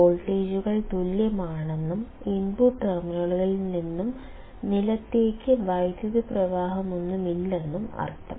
വോൾട്ടേജുകൾ തുല്യമാണെന്നും ഇൻപുട്ട് ടെർമിനലുകളിൽ നിന്ന് നിലത്തേക്ക് വൈദ്യുത പ്രവാഹമൊന്നുമില്ലെന്നും അർത്ഥം